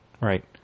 right